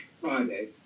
Friday